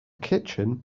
kitchen